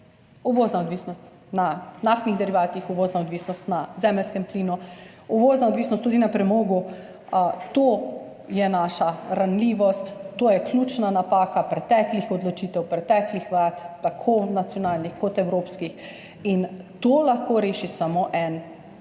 Uvozna odvisnost na naftnih derivatih, uvozna odvisnost na zemeljskem plinu, uvozna odvisnost tudi na premogu. To je naša ranljivost. To je ključna napaka preteklih odločitev preteklih vlad, tako nacionalnih kot evropskih, in to lahko reši samo eno,